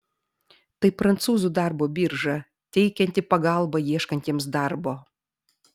tai prancūzų darbo birža teikianti pagalbą ieškantiems darbo